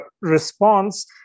response